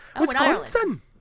Wisconsin